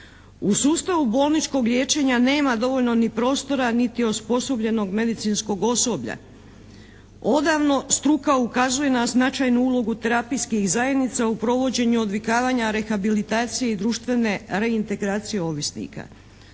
U sustavu bolničkog liječenja nema dovoljno ni prostora niti osposobljenog medicinskog osoblja. Odavno struka ukazuje na značajnu ulogu terapijskih zajednica u provođenju odvikavanja, rehabilitacije i društvene reintegracije ovisnika.